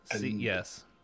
Yes